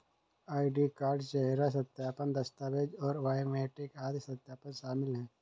ID card, चेहरा सत्यापन, दस्तावेज़ और बायोमेट्रिक आदि सत्यापन शामिल हैं